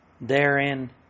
Therein